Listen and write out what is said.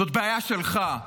זאת בעיה שלך.